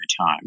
time